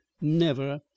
Never